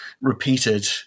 repeated